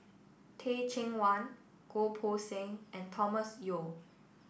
Teh Cheang Wan Goh Poh Seng and Thomas Yeo